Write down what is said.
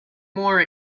more